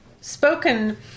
spoken